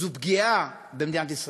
זו פגיעה במדינת ישראל.